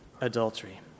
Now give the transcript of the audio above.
adultery